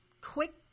quick